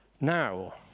Now